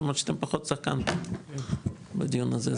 למרות שאתם פחות שחקן בדיון הזה,